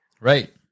Right